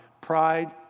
Pride